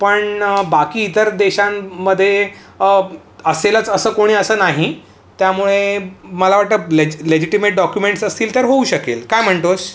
पण बाकी इतर देशांमदे असेलच असं कोणी असं नाही त्यामुळे मला वाटतं लॅज लेजिटेमेट डॉक्युमेंट्स असतील तर होऊ शकेल काय म्हणतो